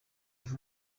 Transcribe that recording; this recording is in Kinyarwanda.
ihe